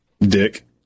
Dick